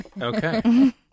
Okay